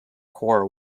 core